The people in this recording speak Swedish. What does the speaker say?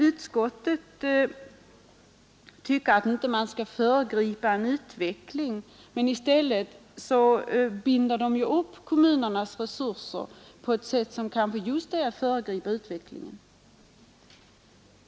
Utskottet tycker att man inte skall föregripa en utveckling, men i stället binder man upp kommunernas resurser på ett sätt som kanske innebär just att man föregriper utvecklingen.